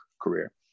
career